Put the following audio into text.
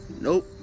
Nope